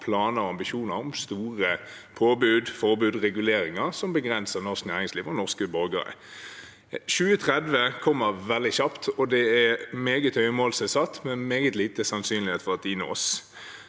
planer og ambisjoner om store påbud, forbud og reguleringer som begrenser norsk næringsliv og norske borgere. Året 2030 kommer veldig kjapt, og det er meget høye mål som er satt, men meget lite sannsynlig at de nås.